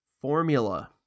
formula